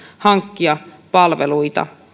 hankkia palveluita